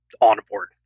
onboard